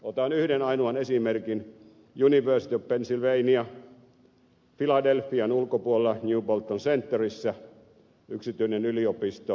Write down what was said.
otan yhden ainoan esimerkin university of pennsylvania philadelphian ulkopuolella new bolton centerissä yksityinen yliopisto